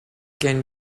can